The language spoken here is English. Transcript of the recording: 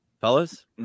fellas